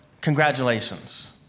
congratulations